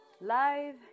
live